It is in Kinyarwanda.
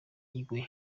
iwe